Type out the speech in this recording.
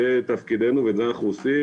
זה תפקידנו ואת זה אנחנו עושים.